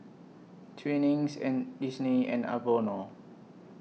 Twinings and Disney and Vono